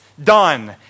Done